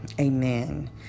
amen